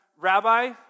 Rabbi